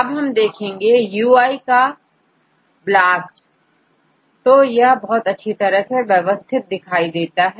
यदि हम देखें UI का BLAST तो यह बहुत अच्छी तरह से व्यवस्थित दिखाई देता है